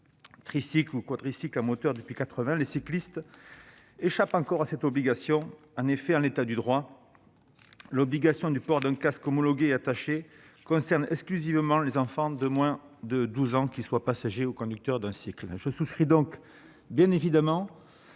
tricycle ou quadricycle à moteur depuis 1980, les cyclistes échappent encore à cette obligation. En effet, en l'état du droit, l'obligation du port d'un casque homologué et attaché concerne exclusivement les enfants de moins de 12 ans, qu'ils soient passagers ou conducteurs d'un cycle. Je souscris bien évidemment